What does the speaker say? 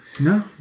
No